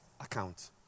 account